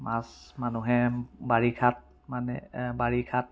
মাছ মানুহে বাৰিষাত মানে বাৰিষাত